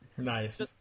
Nice